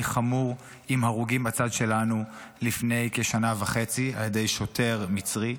חמור עם הרוגים בצד שלנו לפני כשנה וחצי על ידי שוטר מצרי,